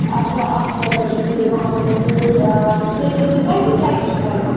اچھا اَکھ سیکَنٛڈ رُکِٮ۪و تُہۍ بہٕ ہاو ہوو تۄہہِ بوٗٹھ تُہۍ وٕنِو مےٚ تۄہہِ کُس سایِز چھُ لَگان